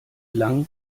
lang